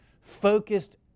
focused